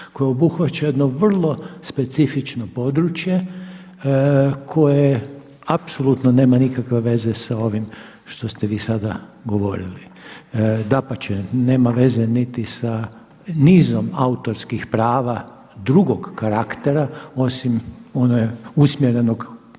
koje obuhvaća jedno vrlo specifično područje koje apsolutno nema nikakve veze sa ovim što ste vi sada govorili. Dapače, nema veze niti sa nizom autorskih prava drugog karaktera osim onog usmjerenog ka